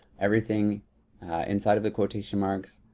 everything inside of the quotation marks,